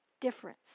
difference